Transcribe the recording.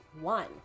one